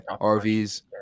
RVs